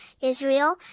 Israel